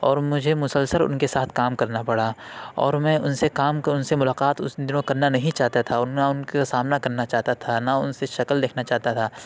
اور مجھے مسلسل اُن کے ساتھ کام کرنا پڑا اور میں اُن سے کام کو اُن سے ملاقات اُس دِنوں نہیں چاہتا تھا اور نہ اُن کا سامنا کرنا چاہتا تھا نہ اُن سے شکل دیکھنا چاہتا تھا